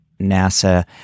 NASA